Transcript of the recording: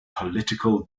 political